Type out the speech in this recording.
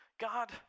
God